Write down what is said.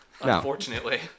Unfortunately